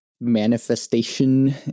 manifestation